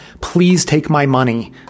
please-take-my-money